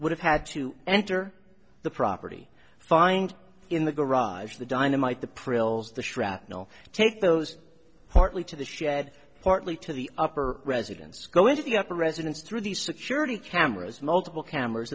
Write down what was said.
would have had to enter the property find in the garage the dynamite the preludes the shrapnel take those partly to the shed partly to the upper residents go into the upper residence through the security cameras multiple cameras